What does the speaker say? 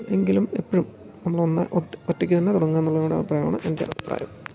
എങ്കിലും എപ്പോഴും നമ്മളൊന്ന് ഒറ്റയ്ക്കുതന്നെ തുടങ്ങുക എന്നുള്ള ഒരഭിപ്രായമാണ് എൻ്റെ അഭിപ്രായം